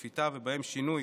השפיטה, ובהם שינוי